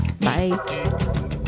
Bye